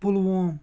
Pulwama